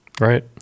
right